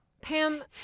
Pam